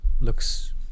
looks